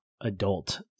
adult